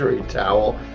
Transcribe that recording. towel